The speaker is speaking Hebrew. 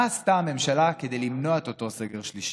מה עשתה הממשלה כדי למנוע את אותו סגר שלישי.